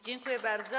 Dziękuję bardzo.